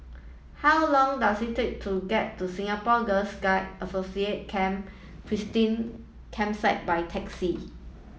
how long does it take to get to Singapore Girl Guide Associate Camp Christine Campsite by taxi